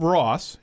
Ross